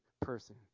person